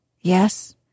Yes